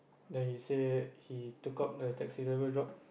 then he say he took up a taxi driver job